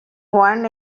won